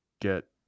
get